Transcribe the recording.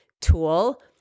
tool